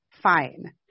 fine